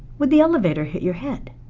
would the elevator hit your head?